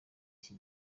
iki